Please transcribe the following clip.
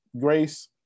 Grace